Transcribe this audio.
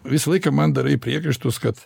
visą laiką man darai priekaištus kad